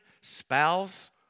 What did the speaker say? spouse